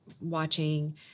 watching